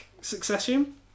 succession